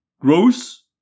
Gross